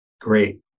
Great